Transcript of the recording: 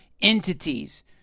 entities